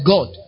God